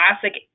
classic